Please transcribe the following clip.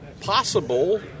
Possible